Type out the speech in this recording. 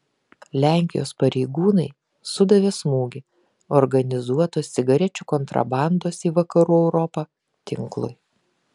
lenkijos pareigūnai sudavė smūgį organizuotos cigarečių kontrabandos į vakarų europą tinklui